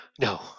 No